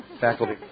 Faculty